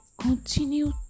continue